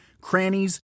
crannies